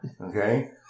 Okay